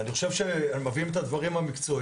אני חושב שהם מביאים את הדברים המקצועיים,